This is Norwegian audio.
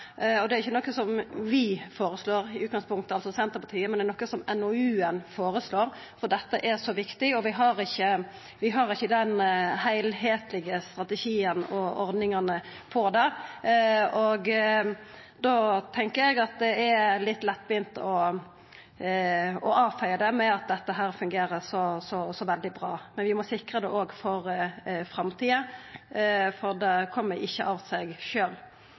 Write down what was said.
Det er i utgangspunktet ikkje noko som vi, altså Senterpartiet, føreslår, det er forslag frå NOU-en. Dette er viktig, og vi har ikkje den heilskaplege strategien og ordningane for det. Då tenkjer eg at det er litt lettvint å avfeia det med at dette fungerer så veldig bra. Vi må sikra det òg for framtida, for det kjem ikkje av seg